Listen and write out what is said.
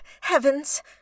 heavens